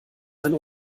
einen